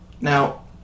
Now